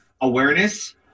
awareness